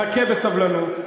חכה בסבלנות.